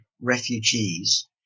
refugees